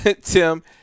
Tim